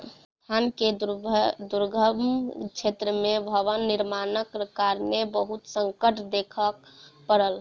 संस्थान के दुर्गम क्षेत्र में भवन निर्माणक कारणेँ बहुत संकट देखअ पड़ल